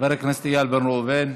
חבר הכנסת איל בן ראובן,